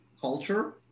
culture